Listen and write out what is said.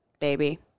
baby